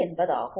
என்பதாகும்